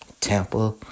Tampa